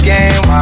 Game